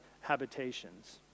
habitations